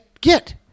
get